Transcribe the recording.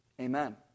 Amen